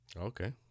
okay